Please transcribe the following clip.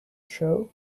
show